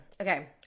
Okay